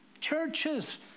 churches